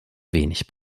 wenig